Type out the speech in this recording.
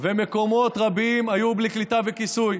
ומקומות רבים היו בלי קליטה וכיסוי,